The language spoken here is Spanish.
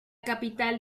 capital